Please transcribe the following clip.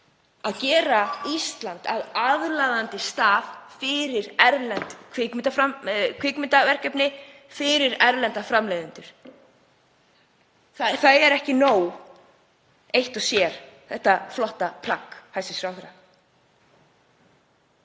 að gera Ísland að aðlaðandi stað fyrir erlend kvikmyndaverkefni, fyrir erlenda framleiðendur. Það er ekki nóg eitt og sér þetta flotta plagg hæstv. ráðherra.